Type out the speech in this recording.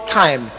time